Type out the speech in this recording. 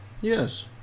Yes